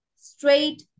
straight